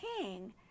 king